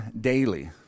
daily